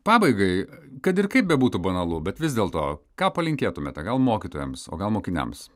pabaigai kad ir kaip bebūtų banalu bet vis dėlto ką palinkėtumėte gal mokytojams o gal mokiniams